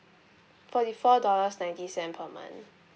forty four dollars ninety cent per month